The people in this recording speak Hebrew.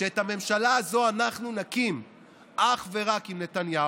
שאת הממשלה הזאת אנחנו נקים אך ורק עם נתניהו,